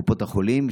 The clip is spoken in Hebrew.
בקופות החולים?